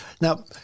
now